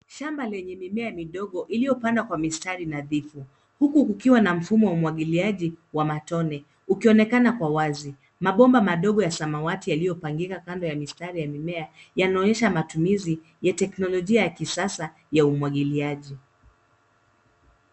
Shamba lenye mimea midogo iliyopandwa kwa mistari nadhifu huku kukiwa na mfumo wa umwagiliaji wa matone, ukionekana kwa wazi. Mabomba madogo ya samawati yaliyopangika kando ya mistari ya mimea yanaonyesha matumizi ya teknolojia ya kisasa ya umwagiliaji.